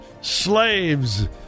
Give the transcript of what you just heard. slaves